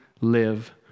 live